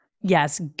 Yes